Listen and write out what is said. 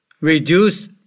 reduce